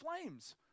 flames